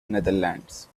netherlands